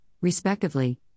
respectively